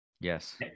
Yes